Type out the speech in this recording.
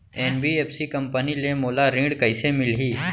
NBFC company ले मोला ऋण कइसे मिलही?